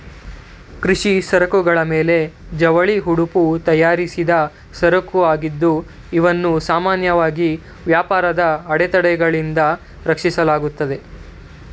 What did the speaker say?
ಕೃಷಿ ಸರಕುಗಳ ಮೇಲೆ ಜವಳಿ ಉಡುಪು ತಯಾರಿಸಿದ್ದ ಸರಕುಆಗಿದ್ದು ಇವನ್ನು ಸಾಮಾನ್ಯವಾಗಿ ವ್ಯಾಪಾರದ ಅಡೆತಡೆಗಳಿಂದ ರಕ್ಷಿಸಲಾಗುತ್ತೆ